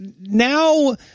now